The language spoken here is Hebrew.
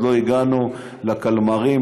עוד לא הגענו לקלמרים,